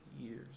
years